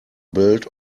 built